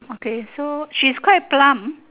okay so she's quite plump